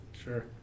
sure